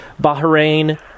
Bahrain